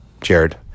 Jared